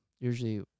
usually